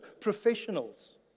professionals